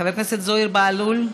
חבר הכנסת זוהיר בהלול,